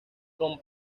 con